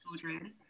children